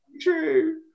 true